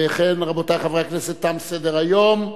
ובכן, רבותי חברי הכנסת, תם סדר-היום.